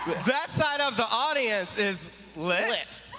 that side of the audience is lit.